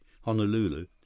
Honolulu